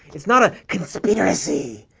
it's not a conspiracy.